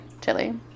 Chili